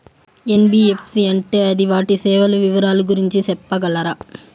NBFC అంటే అది వాటి సేవలు వివరాలు గురించి సెప్పగలరా?